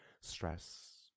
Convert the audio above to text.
stress